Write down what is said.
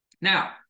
Now